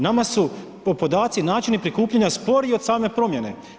Nama su podaci, načini prikupljanja sporiji i od same promjene.